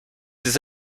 des